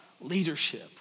leadership